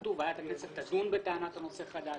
כתוב: "ועדת הכנסת תדון בטענת הנושא החדש".